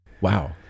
wow